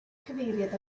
cyfeiriad